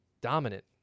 dominant